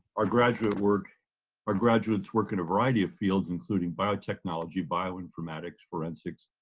our graduate work our graduates work in a variety of fields, including biotechnology, bioinformatics, forensics,